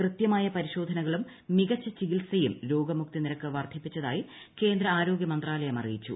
കൃത്യമായ പരിശോധനകളും മികച്ച ചികിത്സയും രോഗമുക്തി നിരക്ക് വർദ്ധിപ്പിച്ചതായി കേന്ദ്ര ആരോഗൃമന്ത്രാലയം അറിയിച്ചു